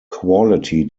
quality